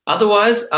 Otherwise